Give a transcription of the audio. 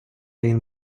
він